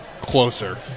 closer